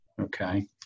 Okay